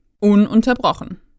Ununterbrochen